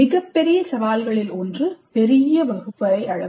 மிகப்பெரிய சவால்களில் ஒன்று பெரிய வகுப்பறை அளவு